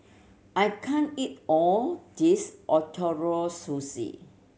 I can't eat all this Ootoro Sushi